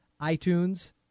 iTunes